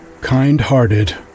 kind-hearted